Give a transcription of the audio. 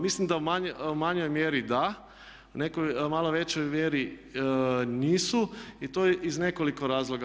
Mislim da u manjoj mjeri da, u nekoj malo većoj mjeri nisu i to iz nekoliko razloga.